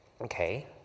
Okay